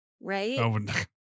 Right